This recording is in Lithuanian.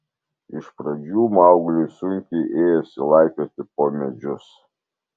iš pradžių maugliui sunkiai ėjosi laipioti po medžius